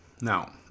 Now